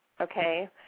okay